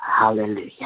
Hallelujah